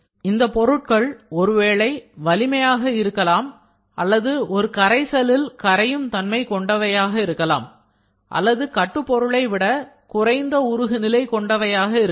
இந்த பொருட்கள் ஒருவேளை வலிமையாக இருக்கலாம் அல்லது ஒரு கரைசலில் கரையும் தன்மை கொண்டவையாக இருக்கலாம் அல்லது கட்டு பொருளைவிட குறைந்த உருகுநிலை கொண்டவையாக இருக்கலாம்